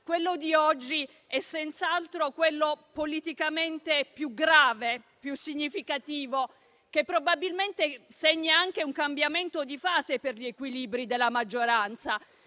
quello di oggi è senz'altro quello politicamente più grave e più significativo e che probabilmente segna anche un cambiamento di fase per gli equilibri della maggioranza.